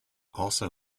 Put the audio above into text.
also